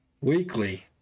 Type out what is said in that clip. weekly